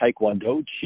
Taekwondo